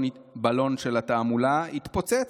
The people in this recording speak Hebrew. הבלון של התעמולה התפוצץ,